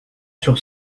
sur